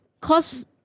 Cause